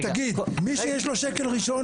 תגיד מי שיש לו שקל ראשון,